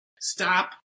Stop